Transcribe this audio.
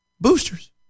boosters